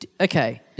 Okay